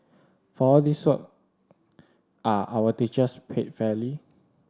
for all this work are our teachers paid fairly